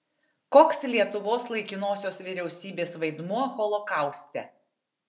koks lietuvos laikinosios vyriausybės vaidmuo holokauste